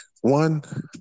one